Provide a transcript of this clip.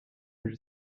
n’est